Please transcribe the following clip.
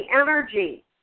energy